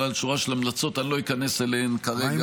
כלל שורה של המלצות אני לא איכנס אליהן כרגע,